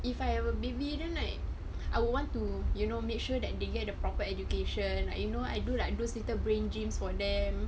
if I have a baby then like I would want to you know make sure that they get a proper education like you know I do like those little brain games for them